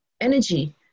energy